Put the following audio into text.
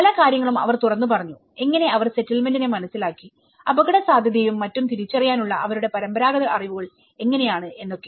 പല കാര്യങ്ങളും അവർ തുറന്നു പറഞ്ഞു എങ്ങനെ അവർ സെറ്റിൽമെന്റിനെ മനസ്സിലാക്കി അപകട സാധ്യത യും മറ്റും തിരിച്ചറിയാൻ ഉള്ള അവരുടെ പരമ്പരാഗത അറിവുകൾ എങ്ങനെയാണ് എന്നൊക്കെ